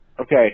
Okay